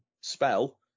spell